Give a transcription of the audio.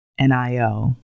NIO